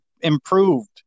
improved